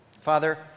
Father